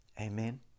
Amen